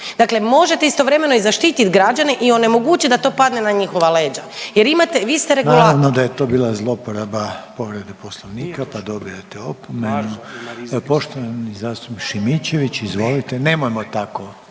Dakle možete istovremeno i zaštiti građane i onemogućiti da to padne na njihova leđa jer imate, vi ste regulator.